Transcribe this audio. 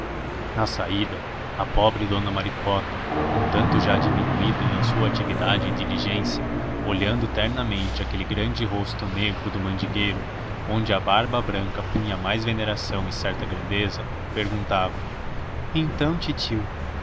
na saída a pobre dona maricota um tanto já diminuída da sua atividade e diligência olhando ternamente aquele grande rosto negro do mandingueiro onde a barba branca punha mais veneração e certa grandeza perguntava então titio